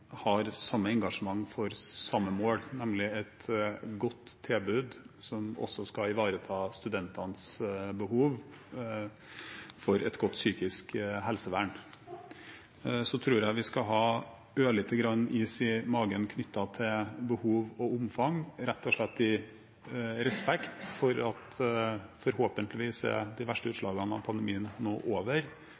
har samme engasjement for samme mål, nemlig et godt tilbud som også skal ivareta studentenes behov for et godt psykisk helsevern. Så tror jeg vi skal ha ørlite grann is i magen knyttet til behov og omfang, rett og slett i respekt for at de verste utslagene av pandemien nå forhåpentligvis er over,